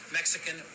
Mexican